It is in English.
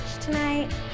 tonight